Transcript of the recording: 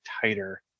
tighter